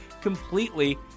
completely